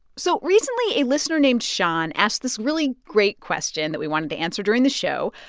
so recently a listener named sean asked this really great question that we wanted to answer during the show,